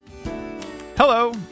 Hello